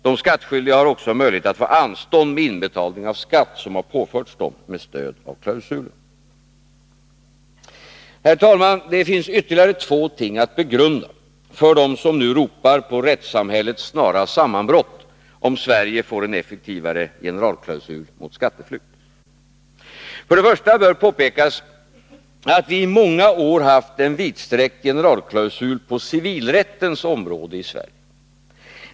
De skattskyldiga har också möjlighet att få anstånd med inbetalning av skatt som påförts dem med stöd av klausulen. Herr talman! Det finns ytterligare två ting att begrunda för dem som ropar om rättssamhällets snara sammanbrott, om Sverige får en effektivare generalkiausul mot skatteflykt. För det första bör påpekas att vi i många år haft en vidsträckt generalklausul på civilrättens område i Sverige.